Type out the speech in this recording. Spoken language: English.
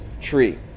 tree